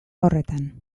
horretan